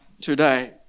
today